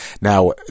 Now